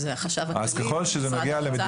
זה החשב הכללי, משרד האוצר.